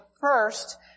first